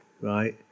right